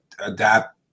adapt